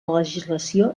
legislació